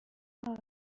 حوله